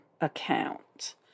account